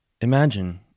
Imagine